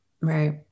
Right